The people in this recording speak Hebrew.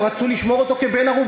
הן רצו לשמור אותו כבן-ערובה,